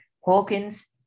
Hawkins